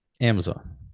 Amazon